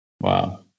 wow